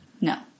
No